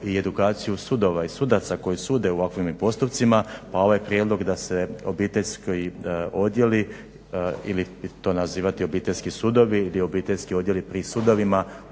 i edukaciju sudova i sudaca koji sude u ovakvim postupcima, pa ovaj prijedlog da se obiteljski odjeli ili to nazivati obiteljski sudovi ili obiteljski odjeli pri sudovima